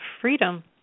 freedom